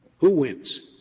who wins?